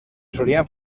solien